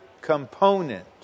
component